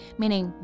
meaning